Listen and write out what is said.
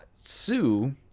Sue